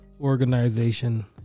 organization